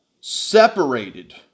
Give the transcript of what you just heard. separated